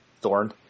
Thorn